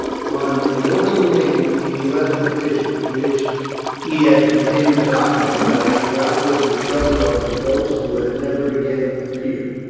on the morning named, he left the fissure which he had continued to occupy, having outlived the trouble of the ghost who had never again appeared,